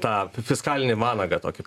tą fiskalinį vanagą tokį